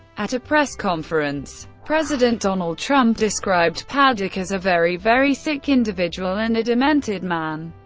at a press conference, president donald trump described paddock as a very very sick individual, and a demented man,